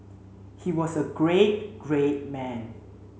he was a great great man